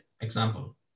example